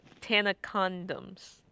Tana-condoms